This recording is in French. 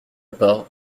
pas